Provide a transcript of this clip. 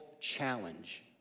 challenge